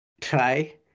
try